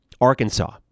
Arkansas